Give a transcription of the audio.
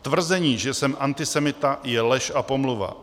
Tvrzení, že jsem antisemita, je lež a pomluva.